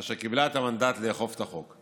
אשר קיבלה את המנדט לאכוף את החוק.